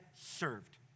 served